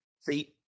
See